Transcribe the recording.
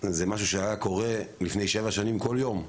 זה משהו שהיה קורה לפני שבע שנים כל יום.